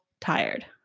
tired